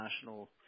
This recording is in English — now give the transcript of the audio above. national